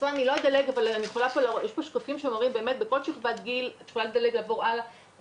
האם יש כל הזמן התעדכנות של המערכת שאומרת לא הצלחנו להגיע,